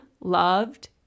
loved